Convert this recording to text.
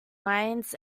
lines